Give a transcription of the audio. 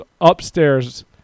upstairs